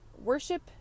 worship